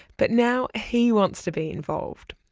but now he wants to be involved.